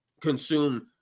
consume